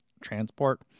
transport